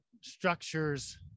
structures